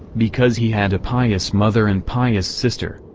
because he had a pious mother and pious sister,